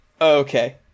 Okay